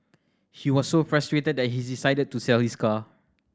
he was so frustrated that he decided to sell his car